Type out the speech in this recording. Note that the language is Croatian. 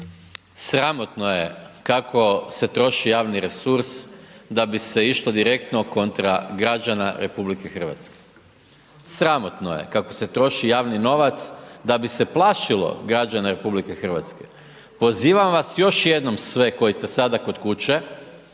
Sramotno je kako se troši javni resurs da bi se išlo direktno kontra građana RH. Sramotno je kako se troši javni novac da bi se plašilo građane RH. Pozivam vas još jednom sve koji ste sada kod kuće,